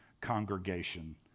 congregation